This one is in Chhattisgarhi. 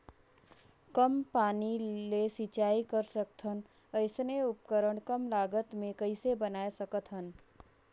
कम पानी ले सिंचाई कर सकथन अइसने उपकरण कम लागत मे कइसे बनाय सकत हन?